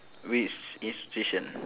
which institution